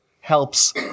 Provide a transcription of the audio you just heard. helps